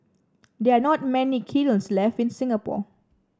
there are not many kilns left in Singapore